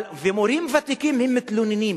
ומורים ותיקים מתלוננים,